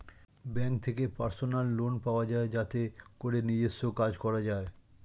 bank থেকে personal loan পাওয়া যায় যাতে করে নিজস্ব কাজ করা যায়